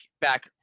back